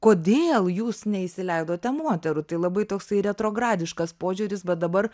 kodėl jūs neįsileidote moterų tai labai toksai retrogradiškas požiūris bet dabar